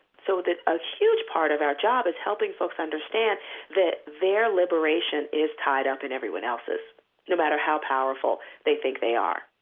so that a huge part of our job is helping folks understand that their liberation is tied up in everyone else's no matter how powerful they think they are